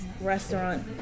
restaurant